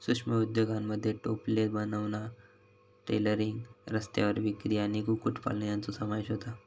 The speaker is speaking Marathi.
सूक्ष्म उद्योगांमध्ये टोपले बनवणा, टेलरिंग, रस्त्यावर विक्री आणि कुक्कुटपालन यांचो समावेश होता